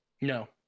No